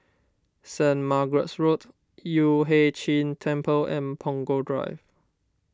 Saint Margaret's Road Yueh Hai Ching Temple and Punggol Drive